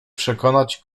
przekonać